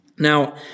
Now